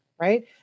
right